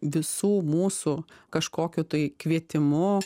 visų mūsų kažkokiu tai kvietimu